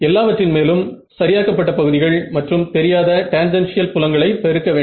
எல்லாவற்றின் மேலும் சரியாக்க பட்ட பகுதிகள் மற்றும் தெரியாத டேன்ஜென்ஷியல் புலங்களை பெருக்க வேண்டும்